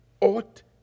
ought